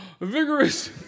Vigorous